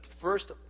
first